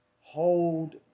hold